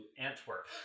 Antwerp